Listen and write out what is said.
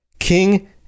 King